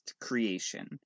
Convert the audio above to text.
creation